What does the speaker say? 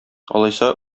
алайса